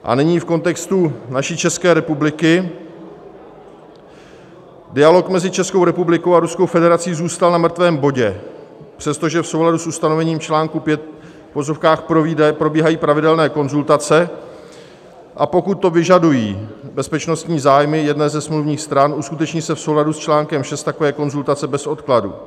A není v kontextu naší České republiky, dialog mezi Českou republikou a Ruskou federací zůstal na mrtvém bodě, přestože v souladu s ustanovením článku 5 v uvozovkách probíhají pravidelné konzultace, a pokud to vyžadují bezpečnostní zájmy jedné ze smluvních stran, uskuteční se v souladu s článkem 6 takové konzultace bez odkladu.